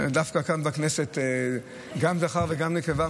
דווקא כאן בכנסת מערבבים גם זכר וגם נקבה,